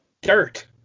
Dirt